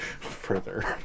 Further